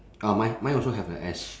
ah mine mine also have the S